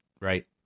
right